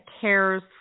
cares